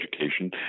education